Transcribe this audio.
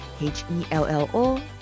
H-E-L-L-O